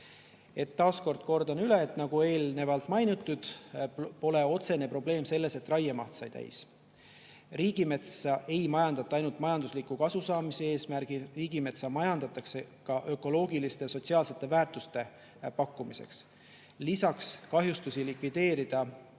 Taas kord kordan üle: nagu eelnevalt mainitud, pole otsene probleem selles, et raiemaht sai täis. Riigimetsa ei majandata ainult majandusliku kasu saamise eesmärgil, riigimetsa majandatakse ka ökoloogiliste ja sotsiaalsete väärtuste pakkumiseks. Lisaks, kahjustusi likvideerida